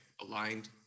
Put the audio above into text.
aligned